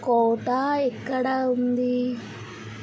quota ఎక్కడ ఉంది